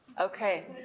Okay